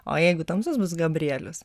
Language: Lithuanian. o jeigu tamsus bus gabrielius